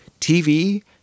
TV